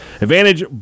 Advantage